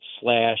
slash